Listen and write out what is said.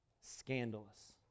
scandalous